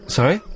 Sorry